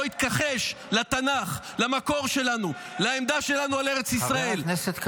לא מקובל עליי המצב הזה,